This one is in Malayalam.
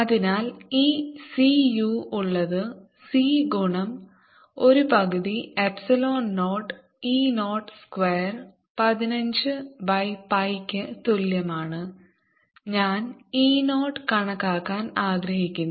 അതിനാൽ ഈ c u ഉള്ളത് c ഗുണം ഒരു പകുതി എപ്സിലോൺ 0 e 0 സ്ക്വയർ പതിനഞ്ചു ബൈ pi ക്ക് തുല്യമാണ് ഞാൻ e 0 കണക്കാക്കാൻ ആഗ്രഹിക്കുന്നു